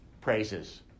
praises